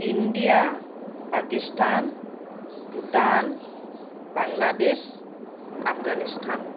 India Pakistan Bhutan Bangladesh Afghanistan